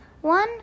One